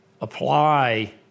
apply